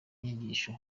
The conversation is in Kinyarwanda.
nyigisho